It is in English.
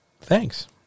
thanks